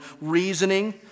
reasoning